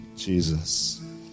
Jesus